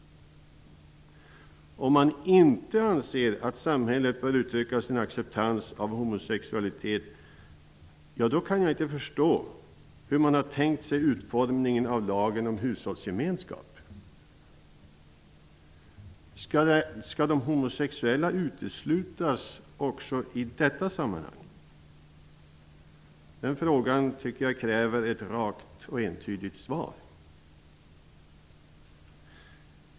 Om man inte anser att samhället bör utveckla dess acceptans av homosexualitet kan jag inte förstå hur man har tänkt sig utformningen av lagen om hushållsgemenskap. Skall de homosexuella uteslutas också i detta sammanhang? Den frågan kräver ett rakt och entydigt svar.